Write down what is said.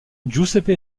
giuseppe